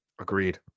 agreed